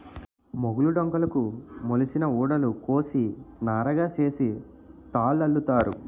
మొగులు డొంకలుకు మొలిసిన ఊడలు కోసి నారగా సేసి తాళల్లుతారు